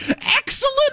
Excellent